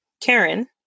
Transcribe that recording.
Karen